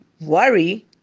Worry